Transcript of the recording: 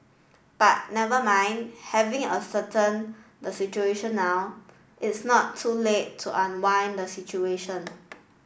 but never mind having ascertain the situation now it's not too late to unwind the situation